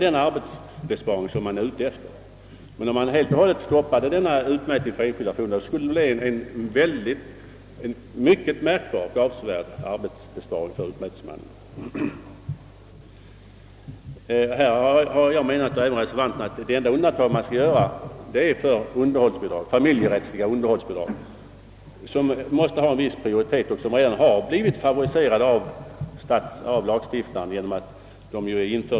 Det föreslås att vid utmätning i enskilt mål som ej avser underhållsbidrag ett belopp om 300 kr.